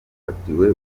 bafatiwe